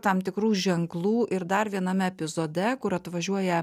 tam tikrų ženklų ir dar viename epizode kur atvažiuoja